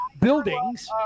buildings